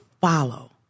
follow